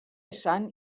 esan